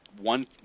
one